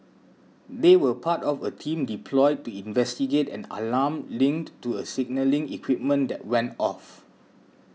they were part of a team deployed to investigate an alarm linked to a signalling equipment that went off